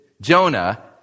Jonah